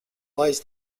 lies